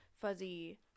fuzzy